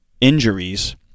injuries